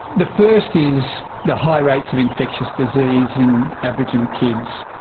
the first is the high rates of infectious disease in aboriginal kids,